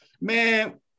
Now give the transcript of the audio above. man